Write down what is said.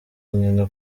nyina